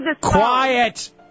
Quiet